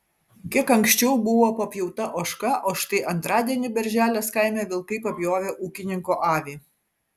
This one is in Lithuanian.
kiek anksčiau buvo papjauta ožka o štai antradienį berželės kaime vilkai papjovė ūkininko avį